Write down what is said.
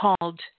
called